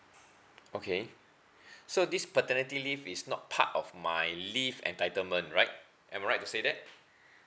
okay so this paternity leave is not part of my leave entitlement right am I right to say that